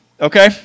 Okay